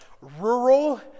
rural